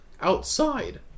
Outside